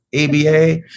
ABA